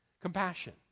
Compassion